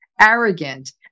arrogant